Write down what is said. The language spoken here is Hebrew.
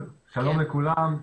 שלום לכולם.